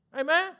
Amen